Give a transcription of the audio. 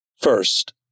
First